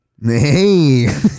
Hey